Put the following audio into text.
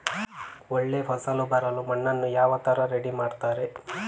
ಒಳ್ಳೆ ಫಸಲು ಬರಲು ಮಣ್ಣನ್ನು ಯಾವ ತರ ರೆಡಿ ಮಾಡ್ತಾರೆ?